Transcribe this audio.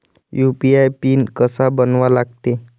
UPI PIN कसा बनवा लागते?